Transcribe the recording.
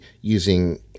using